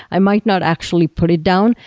i might not actually put it down,